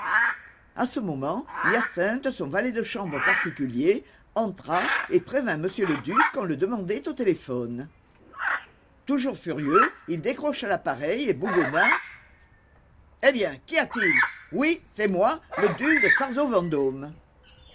à ce moment hyacinthe son valet de chambre particulier entra et prévint m le duc qu'on le demandait au téléphone toujours furieux il décrocha l'appareil et bougonna eh bien qu'y a-t-il oui c'est moi le duc de